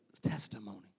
testimony